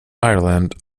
ireland